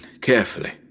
carefully